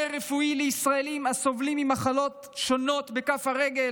רפואי לישראלים הסובלים ממחלות שונות בכף הרגל,